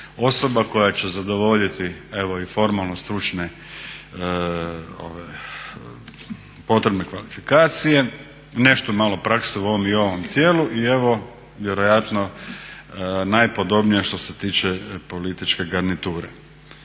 osoba koja će zadovoljiti evo i formalno-stručne potrebne kvalifikacije. Nešto malo prakse u ovom i ovom tijelu i evo vjerojatno najpodobnija što se tiče političke garniture.